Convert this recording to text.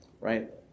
right